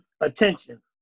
Attention